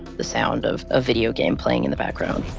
the sound of a videogame playing in the background.